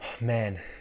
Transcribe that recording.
man